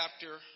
chapter